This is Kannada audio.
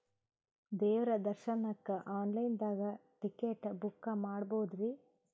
ದೇವ್ರ ದರ್ಶನಕ್ಕ ಆನ್ ಲೈನ್ ದಾಗ ಟಿಕೆಟ ಬುಕ್ಕ ಮಾಡ್ಬೊದ್ರಿ?